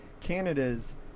Canada's